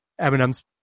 Eminem's